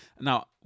Now